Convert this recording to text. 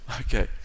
okay